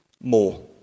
more